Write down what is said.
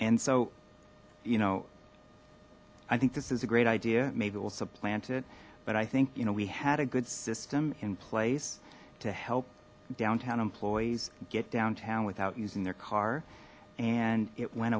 and so you know i think this is a great idea maybe we'll supplant it but i think you know we had a good system in place to help downtown employees get downtown without using their car and it went